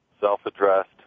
self-addressed